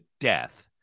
death